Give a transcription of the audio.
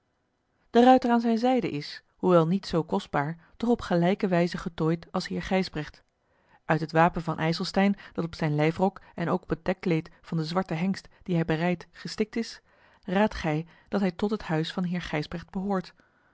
de ruiter aan zijne zijde is hoewel niet zoo kostbaar toch op gelijke wijze getooid als heer gijsbrecht uit het wapen van ijselstein dat op zijn lijfrok en ook op het dekkleed van den zwarten hengst dien hij berijdt gestikt is raadt gij dat hij tot het huis van heer gijsbrecht behoort